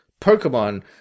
Pokemon